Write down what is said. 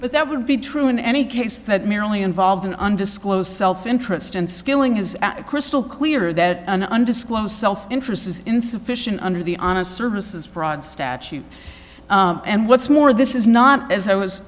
but that would be true in any case that merely involved in undisclosed self interest and skilling his crystal clear that an undisclosed self interest is insufficient under the honest services fraud statute and what's more this is not as i was